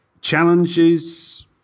challenges